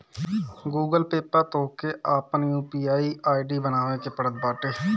Google pay पअ तोहके आपन यू.पी.आई आई.डी बनावे के पड़त बाटे